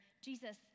Jesus